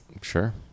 Sure